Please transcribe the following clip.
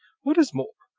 what is more,